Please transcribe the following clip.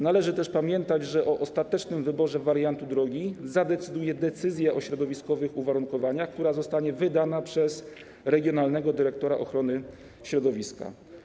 Należy też pamiętać, że na ostateczny wybór wariantu drogi będzie miała wpływ decyzja o środowiskowych uwarunkowaniach, która zostanie wydana przez regionalnego dyrektora ochrony środowiska.